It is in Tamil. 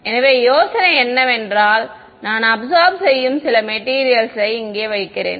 எனவே யோசனை என்னவென்றால் நான் அபிசார்ப் செய்யும் சில மேட்டீரியல் யை இங்கே வைக்கலாம்